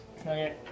Okay